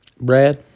Brad